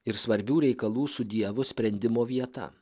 ir svarbių reikalų su dievu sprendimo vieta